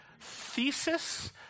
Thesis